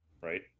right